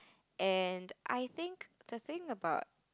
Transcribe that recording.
and I think the thing about